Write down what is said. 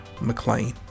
McLean